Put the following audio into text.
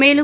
மேலும்